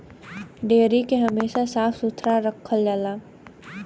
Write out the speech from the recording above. dairy के हमेशा साफ सुथरा रखल जाला